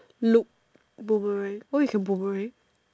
loop boomerang oh you can boomerang